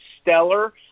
stellar